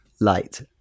light